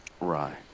right